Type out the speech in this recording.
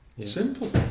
Simple